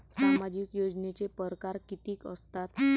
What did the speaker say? सामाजिक योजनेचे परकार कितीक असतात?